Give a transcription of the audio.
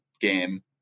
game